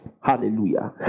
hallelujah